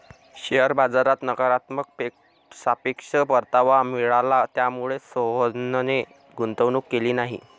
share बाजारात नकारात्मक सापेक्ष परतावा मिळाला, त्यामुळेच सोहनने गुंतवणूक केली नाही